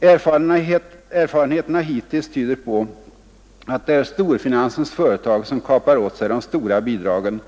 Erfarenheterna hittills tyder på att det är storfinansens företag som kapar åt sig de stora bidragen.